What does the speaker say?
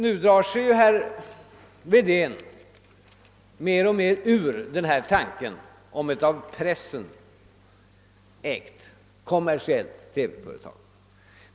Nu drar sig herr Wedén mer och mer ur tanken på ett av pressen ägt kommersiellt TV-företag.